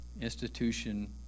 institution